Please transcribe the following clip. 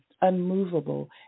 unmovable